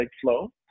flow